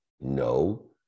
No